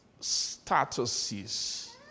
statuses